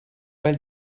weil